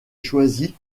choisi